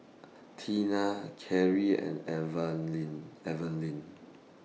Tina Karie and Evaline Evaline